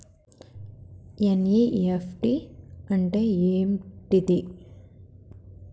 NEFT అంటే ఏంటిది?